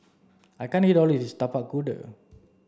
I can't eat all of this Tapak Kuda